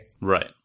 Right